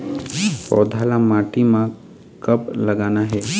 पौधा ला माटी म कब लगाना हे?